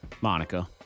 Monica